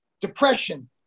Depression